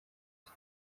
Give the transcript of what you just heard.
cye